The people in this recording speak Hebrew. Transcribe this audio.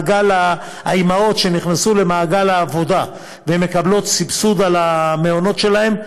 האימהות שנכנסו למעגל העבודה ומקבלות סבסוד על המעונות שלהן,